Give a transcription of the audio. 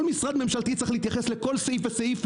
משרד ממשלתי צריך להתייחס לכל סעיף וסעיף,